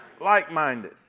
like-minded